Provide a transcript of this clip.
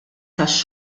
tax